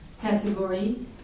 category